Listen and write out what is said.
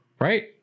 right